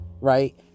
right